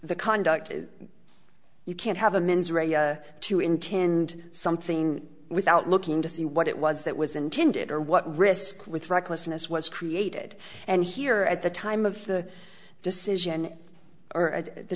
the conduct is you can't have a mens rea to intend something without looking to see what it was that was intended or what risk with recklessness was created and here at the time of the decision or at the